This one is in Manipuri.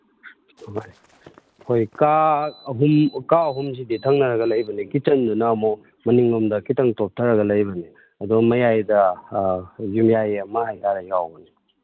ꯍꯣꯏ ꯀꯥ ꯑꯍꯨꯝ ꯀꯥ ꯑꯍꯨꯝꯁꯤꯗꯤ ꯊꯪꯅꯔꯒ ꯂꯩꯕꯅꯤ ꯀꯤꯠꯆꯟꯗꯨꯅ ꯑꯃꯨꯛ ꯃꯅꯤꯡꯂꯣꯝꯗ ꯈꯤꯇꯪ ꯇꯣꯊꯔꯒ ꯂꯩꯕꯅꯤ ꯑꯗꯣ ꯃꯌꯥꯏꯗ ꯌꯨꯝꯌꯥꯏ ꯑꯃ ꯍꯥꯏ ꯇꯥꯔꯦ ꯌꯥꯎꯕꯅꯤ